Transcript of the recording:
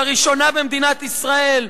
לראשונה במדינת ישראל.